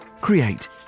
create